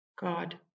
God